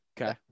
Okay